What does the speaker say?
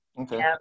Okay